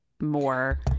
more